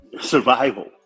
survival